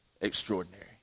extraordinary